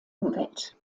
umwelt